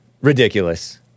Ridiculous